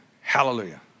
Hallelujah